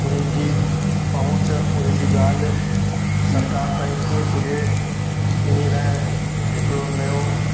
उन्हनि जी पहुच उन्हनि जी ॻाल्हि सरकारि ताईं कीअं पुॼे हिन लाइ हिकिड़ो नओं